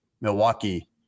Milwaukee